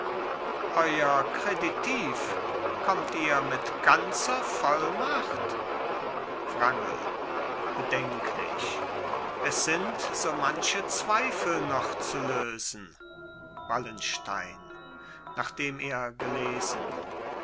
euer kreditiv kommt ihr mit ganzer vollmacht wrangel bedenklich es sind so manche zweifel noch zu lösen wallenstein nachdem er gelesen